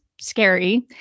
scary